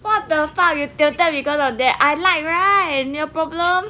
what the fuck the that time that we got out there I like right 你有 problem